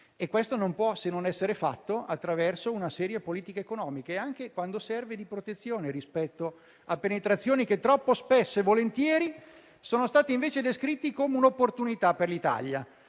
Ciò non può essere fatto che attraverso una seria politica economica e, quando serve, di protezione rispetto a penetrazioni che troppo spesso e volentieri sono state descritte come un'opportunità per l'Italia.